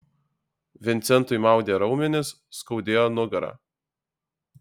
vincentui maudė raumenis skaudėjo nugarą